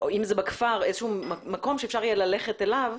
אם זה בכפר, מקום שאפשר יהיה ללכת אליו,